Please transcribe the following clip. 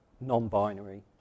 non-binary